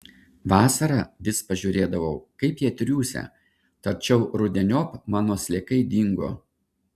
vasarą vis pažiūrėdavau kaip jie triūsia tačiau rudeniop mano sliekai dingo